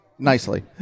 Nicely